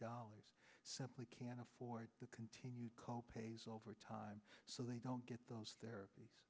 dollar simply can't afford to continue co pays over time so they don't get those ther